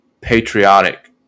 patriotic